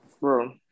bro